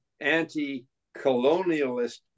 anti-colonialist